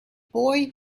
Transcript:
boy